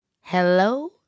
Hello